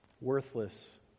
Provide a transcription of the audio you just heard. worthless